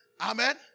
Amen